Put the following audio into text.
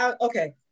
okay